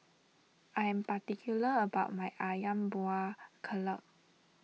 I am particular about my Ayam Buah Keluak